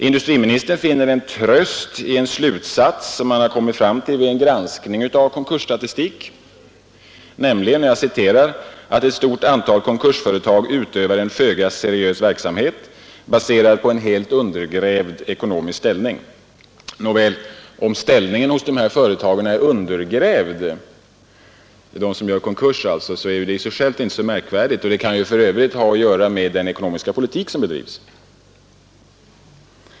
Industriministern finner en tröst i en slutsats som han kommit fram till vid en granskning av konkursstatistik, nämligen att ”ett stort antal konkursföretag utövar en föga seriös verksamhet baserad på en helt undergrävd ekonomisk ställning”. Nåväl, om ställningen hos dessa företag är ”undergrävd” är det i sig självt inte så märkvärdigt. Det kan för övrigt ha att göra med den ekonomiska politik som bedrivs.